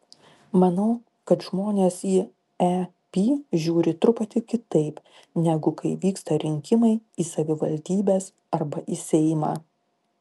manau kad žmonės į ep žiūri truputį kitaip negu kai vyksta rinkimai į savivaldybes arba į seimą